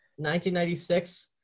1996